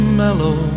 mellow